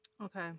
Okay